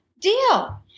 deal